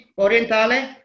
orientale